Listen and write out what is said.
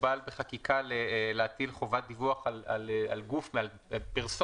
מקובל בחקיקה להטיל חובת דיווח על גוף או פרסונה,